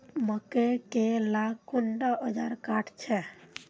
मकई के ला कुंडा ओजार काट छै?